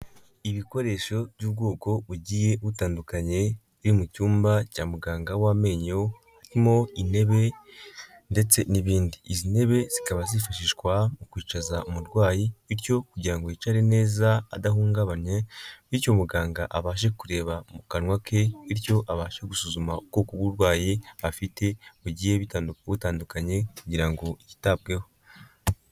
Ibikoresho by'ubwoko bugiye butandukanye biri mu cyumba cya muganga w'amenyo, harimo intebe ndetse n'ibindi. Izi ntebe zikaba zifashishwa mu kwicaza umurwayi bityo kugira ngo yicare neza adahungabanye bityo umuganga abashe kureba mu kanwa ke bityo abasha gusuzuma ubwo bw'uburwayi afite bugiye butandukanye kugira ngo yitabweho.